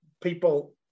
people